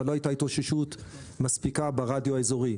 אבל לא הייתה התאוששות מספיקה ברדיו האזורי.